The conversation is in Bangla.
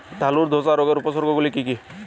আলুর ধসা রোগের উপসর্গগুলি কি কি?